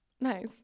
Nice